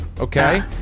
Okay